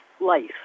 life